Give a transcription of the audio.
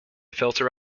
filter